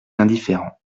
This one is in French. indifférent